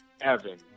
Evan